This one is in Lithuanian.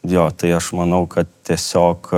jo tai aš manau kad tiesiog